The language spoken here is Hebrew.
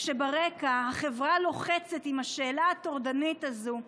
כשברקע החברה לוחצת עם השאלה הטורדנית הזו: